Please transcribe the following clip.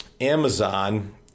Amazon